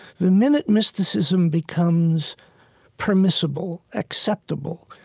the minute mysticism becomes permissible, acceptable,